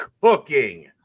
cooking